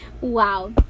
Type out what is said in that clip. Wow